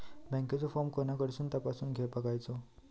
बँकेचो फार्म कोणाकडसून तपासूच बगायचा?